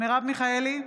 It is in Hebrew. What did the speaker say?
מרב מיכאלי,